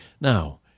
now